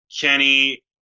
Kenny